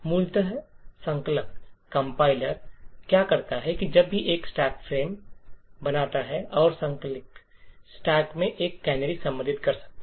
मूलतः संकलक क्या करता है कि जब भी एक स्टैक फ्रेम बनाया जाता है संकलक स्टैक में एक कैनरी सम्मिलित कर सकता है